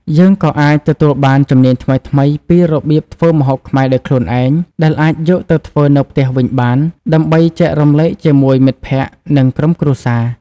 យើងក៏អាចទទួលបានជំនាញថ្មីៗពីរបៀបធ្វើម្ហូបខ្មែរដោយខ្លួនឯង ដែលអាចយកទៅធ្វើនៅផ្ទះវិញបាន ដើម្បីចែករំលែកជាមួយមិត្តភក្តិ និងក្រុមគ្រួសារ ។